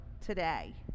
today